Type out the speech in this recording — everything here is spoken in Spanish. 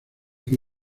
que